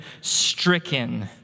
stricken